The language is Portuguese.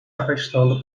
afastando